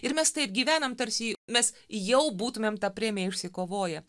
ir mes taip gyvenam tarsi mes jau būtumėm tą premiją išsikovoję